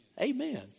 amen